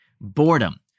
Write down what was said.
boredom